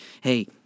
hey